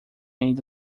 ainda